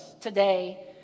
today